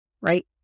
right